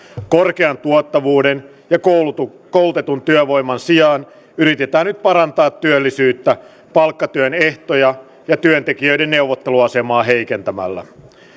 korkean tuottavuuden ja koulutetun työvoiman sijaan yritetään nyt parantaa työllisyyttä palkkatyön ehtoja ja työntekijöiden neuvotteluasemaa heikentämällä